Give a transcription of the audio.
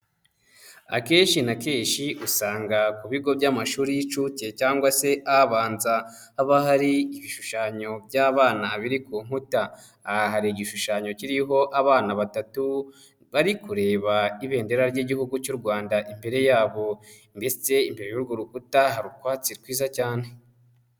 Akenshi na kenshi usanga ku bigo by'amashuri y'incuke cyangwa se abanza haba hari ibishushanyo by'abana biri ku nkuta, aha hari igishushanyo kiriho abana batatu bari kureba ibendera ry'Igihugu cy'u Rwanda imbere yabo, ndetse imbere y'urwo rukuta hari ukwatsi rwiza cyane